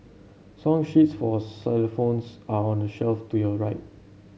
song sheets for xylophones are on the shelf to your right